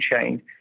chain